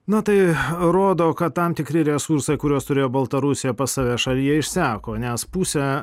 na tai rodo kad tam tikri resursai kuriuos turėjo baltarusija pas save šalyje išseko nes pusę